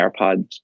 AirPods